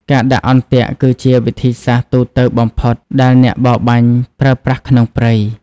ការដាក់អន្ទាក់គឺជាវិធីសាស្ត្រទូទៅបំផុតដែលអ្នកបរបាញ់ប្រើប្រាស់ក្នុងព្រៃ។